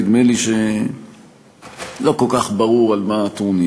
נדמה לי שלא כל כך ברור על מה הטרוניה.